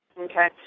okay